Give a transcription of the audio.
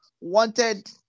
wanted